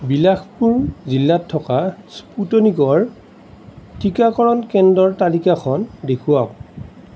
বিলাসপুৰ জিলাত থকা স্পুটনিকৰ টীকাকৰণ কেন্দ্ৰৰ তালিকাখন দেখুৱাওঁক